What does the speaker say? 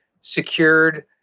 secured